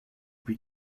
plus